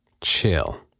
chill